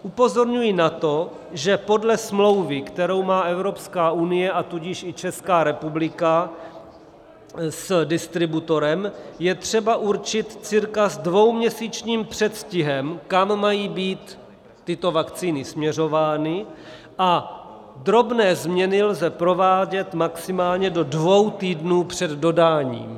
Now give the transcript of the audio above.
Upozorňuji na to, že podle smlouvy, kterou má Evropská unie, a tudíž i Česká republika s distributorem, je třeba určit cca s dvouměsíčním předstihem, kam mají být tyto vakcíny směřovány, a drobné změny lze provádět maximálně do dvou týdnů před dodáním.